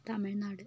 Tamil Nadu